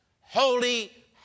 holy